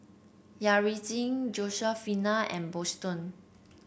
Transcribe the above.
Yaretzi Josefina and Boston